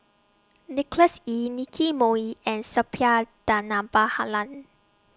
Nicholas Ee Nicky Moey and Suppiah